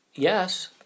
yes